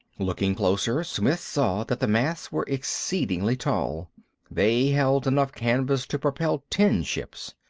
looking closer, smith saw that the masts were exceedingly tall they held enough canvas to propel ten ships.